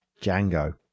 Django